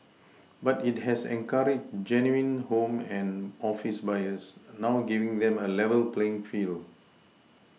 but it has encouraged genuine home and office buyers now giving them a level playing field